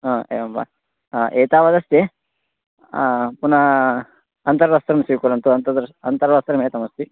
आ एवं वा आ एतावदस्ति पुनः अन्तर्वस्त्रं स्वीकुर्वन्तु अन्तदृश् अन्तर्वस्त्रमेकमस्ति